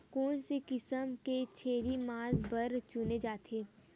कोन से किसम के छेरी मांस बार चुने जाथे?